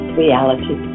reality